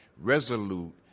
Resolute